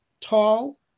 tall